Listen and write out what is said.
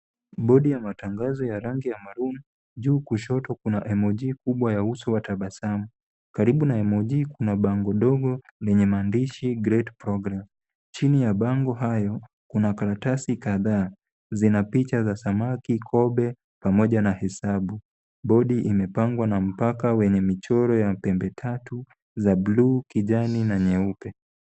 Bodi ya matangazo ya rangi ya maroon , juu kushoto kuna emoji kubwa ya uso wa tabasamu. Karibu na emoji , kuna bango dogo, lenye maandishi Great Program . Chini ya bango hayo, kuna karatasi kadhaa, zina picha za samaki, kobe pamoja na hesabu. Bodi imepangwa na mpaka wenye michoro ya pembe tatu za bluu kijani na nyeupe.